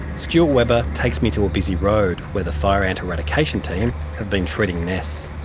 stuart webber takes me to a busy road where the fire ant eradication team have been treating nests.